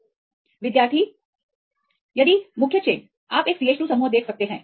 Student Refer Time 1236 विद्यार्थी यदि मुख्य चेन आप एक CH2 समूह देख सकते हैं